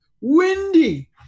windy